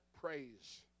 praise